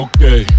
Okay